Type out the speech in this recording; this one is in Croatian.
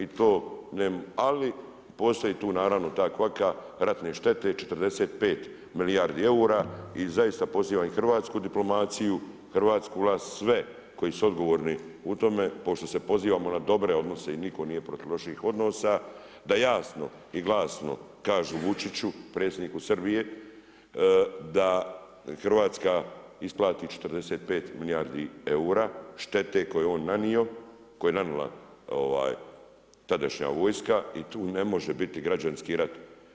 Ali postoji tu naravno ta kvaka ratne štete, 45 milijardi eura i zaista pozivam i hrvatsku diplomaciju, hrvatsku vlast, sve koji su odgovorni u tome, pošto se pozivamo na dobre odnose i nitko nije protiv loših odnosa, da jasno i glasno kažu Vučiću, Predsjedniku Srbije, da Hrvatskoj isplati 45 milijardi eura štete koju je on nanio, koju je nanijela tadašnja vojska i tu ne može biti građanski rat.